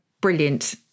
brilliant